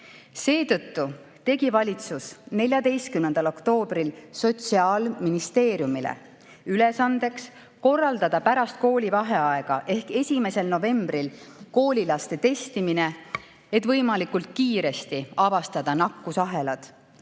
Seetõttu tegi valitsus 14. oktoobril Sotsiaalministeeriumile ülesandeks korraldada pärast koolivaheaega ehk 1. novembril koolilaste testimine, et võimalikult kiiresti avastada nakkusahelad.